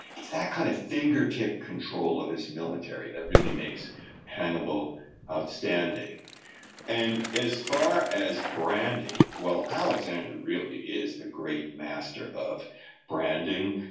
it's that kind of fingertip control of his military that really makes hannibal outstanding and as far as branding, well, alexander really is the great master of branding.